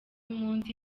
umunsi